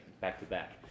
back-to-back